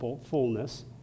fullness